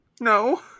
No